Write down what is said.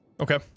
Okay